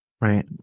Right